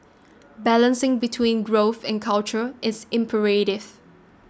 balancing between growth and culture is imperative